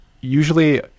usually